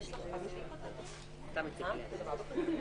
אין עניין אחד של חירום,